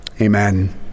Amen